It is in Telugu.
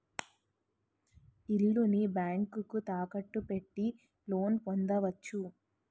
ఇల్లుని బ్యాంకుకు తాకట్టు పెట్టి లోన్ పొందవచ్చు